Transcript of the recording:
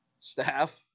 staff